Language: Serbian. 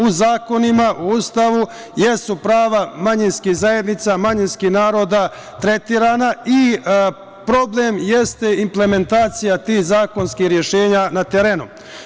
U zakonima u Ustavu jesu prava manjinskih zajednica, manjinskih naroda tretirana i problem jeste implementacija tih zakonskih rešenja na terenu.